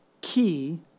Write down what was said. key